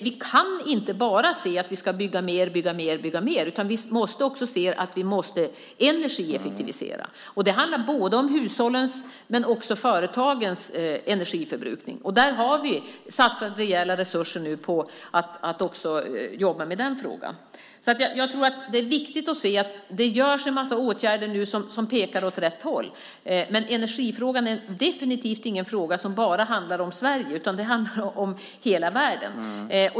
Vi kan inte bara bygga mer och mer, utan vi behöver också omfattande program för energieffektivisering. Det handlar både om hushållens och om företagens energiförbrukning. Vi har satsat rejäla resurser även på den frågan. Det finns alltså en massa åtgärder som pekar åt rätt håll. Men energifrågan handlar definitivt inte bara om Sverige utan om hela världen.